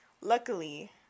Luckily